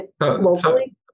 locally